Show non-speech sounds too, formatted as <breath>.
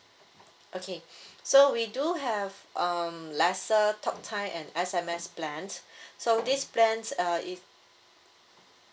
okay <breath> so we do have um lesser talk time and S_M_S plans <breath> so these plans uh it